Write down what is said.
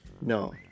No